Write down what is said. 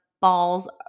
balls